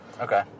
Okay